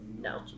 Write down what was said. no